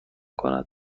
کند